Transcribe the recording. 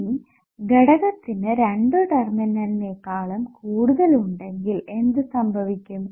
ഇനി ഘടകത്തിന് രണ്ടു ടെർമിനലിനേക്കാളും കൂടുതൽ ഉണ്ടെങ്കിൽ എന്ത് സംഭവിക്കും